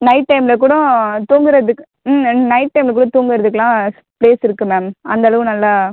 night டைம்ல கூடம் தூங்குறதுக்கு நைட் டைம்ல கூட தூங்கறதுக்குலாம் பிளேஸ் இருக்குது மேம் அந்த அளவு நல்லா